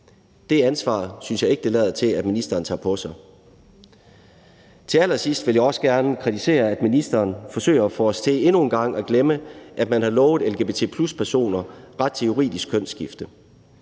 Det ansvar synes jeg ikke det lader til at ministeren tager på sig. Til allersidst vil jeg også gerne kritisere, at ministeren endnu en gang forsøger at få os til at glemme, at man har lovet lgbt+-personer ret til juridisk kønsskifte.